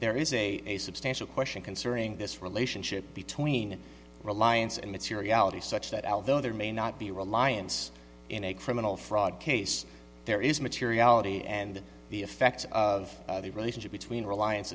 there is a substantial question concerning this relationship between reliance and materiality such that al though there may not be a reliance in a criminal fraud case there is materiality and the effect of the relationship between reliance